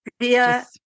via